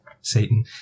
Satan